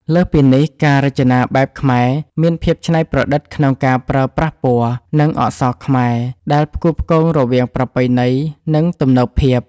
លើសពីនេះ ការរចនាបែបខ្មែរមានភាពច្នៃប្រឌិតក្នុងការប្រើប្រាស់ពណ៌ និងអក្សរខ្មែរ ដែលផ្គូផ្គងរវាងប្រពៃណី និងទំនើបភាព។